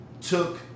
took